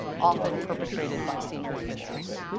often perpetrated by senior officials.